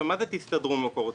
מה זה תסתדרו ממקורותיכם?